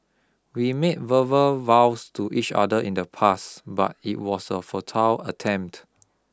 we made verbal vows to each other in the past but it was a futile attempt